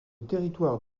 territoire